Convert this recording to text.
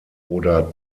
oder